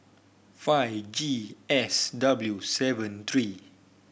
five G S W seven three